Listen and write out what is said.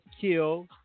kill